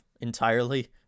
entirely